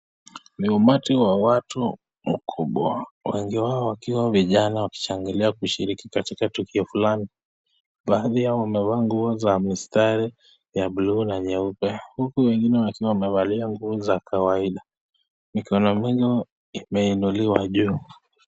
Ni umati wa watu mkubwa, wengi wao wakiwa vijana wakishangilia kushiriki katika tukio fulani. Baadhi yao wamevaa nguo za mistari ya (blue) na nyeupe huku wengine wakiwa wamevalia nguo za kawida mikono moja imeinuliwa juu.